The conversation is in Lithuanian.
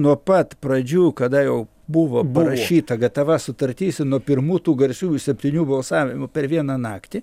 nuo pat pradžių kada jau buvo parašyta gatava sutartis nuo pirmų tų garsiųjų septynių balsavimų per vieną naktį